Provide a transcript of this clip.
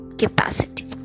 capacity